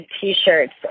T-shirts